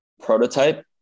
prototype